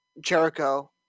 Jericho